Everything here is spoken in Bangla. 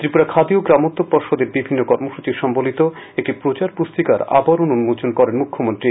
ত্রিপুরা খাদি ও গ্রামোদ্যোগ পর্ষদের বিভিন্ন কর্মসূচি সম্বলিত একটি প্রচার পুস্তিকার আবরণ উন্মোচন করেন মুখ্যমন্ত্রী